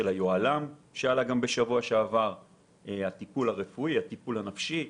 יוהל"ן, טיפול רפואי, טיפול נפשי.